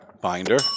binder